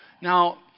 Now